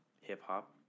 hip-hop